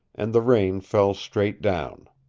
and the rain fell straight down.